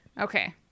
Okay